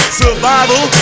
survival